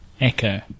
Echo